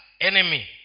enemy